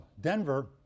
Denver